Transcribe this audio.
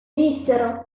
dissero